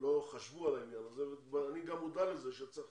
לא חשבו על העניין הזה, אני גם מודע לזה שצריך